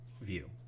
view